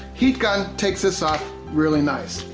heat gun takes this off really nice.